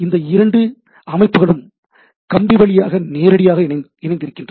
இந்த இரண்டு அமைப்புகளும் கம்பி வழியாக நேரடியாக இணைந்திருக்கின்றன